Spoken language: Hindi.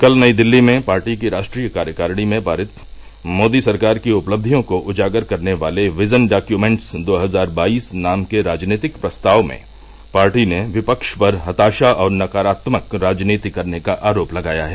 कल नई दिल्ली में पार्टी की राष्ट्रीय कार्यकारिणी में पारित मोदी सरकार की उपलब्धियों को उजागर करने वाले विजन डाक्यूमेंट्स दो हजार बाइस नाम के राजनीतिक प्रस्ताव में पार्टी ने विपक्ष पर हताशा और नकारात्मक राजनीति करने का आरोप लगाया है